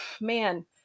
man